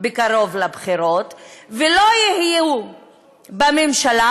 בקרוב לבחירות ולא יהיו בממשלה,